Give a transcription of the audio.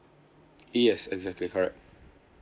yes exactly correct